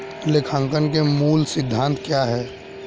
लेखांकन के मूल सिद्धांत क्या हैं?